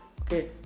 Okay